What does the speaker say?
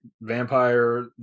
vampire